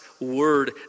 word